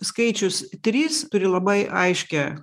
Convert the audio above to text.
skaičius trys turi labai aiškią